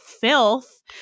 filth